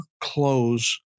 close